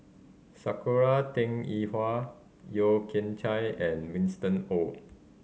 Sakura Teng Yi Hua Yeo Kian Chai and Winston Oh